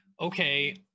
okay